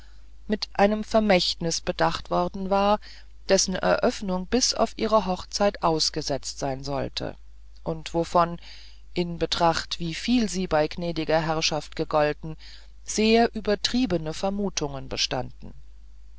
mit einem vermächtnis bedacht worden war dessen eröffnung bis auf ihre hochzeit ausgesetzt sein sollte und wovon in betracht wieviel sie bei gnädiger herrschaft gegolten sehr übertriebene vermutungen bestanden